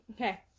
okay